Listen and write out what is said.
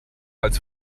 als